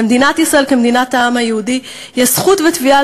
למדינת ישראל כמדינת העם היהודי יש זכות ותביעה